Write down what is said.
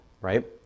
right